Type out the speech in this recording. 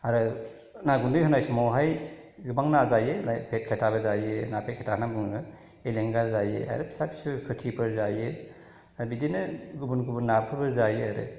आरो ना गुन्दै होनाय समावहाय गोबां ना जायो लाइक फेथ खाथाबो जायो ना फेथ खेथा होनना बुङो एलेंगा जायो आरो फिसा फिसौ फुथिफोर जायो बिदिनो गुबुन गुबुन नाफोरबो जायो आरो